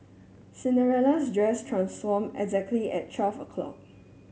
Cinderella's dress transformed exactly at twelve o' clock